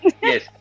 Yes